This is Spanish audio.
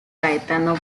gaetano